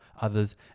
others